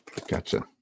gotcha